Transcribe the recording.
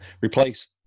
replace